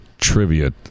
trivia